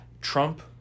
Trump